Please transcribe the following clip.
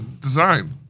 design